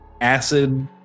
acid